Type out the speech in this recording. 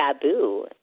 taboo